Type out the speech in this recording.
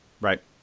Right